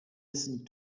listen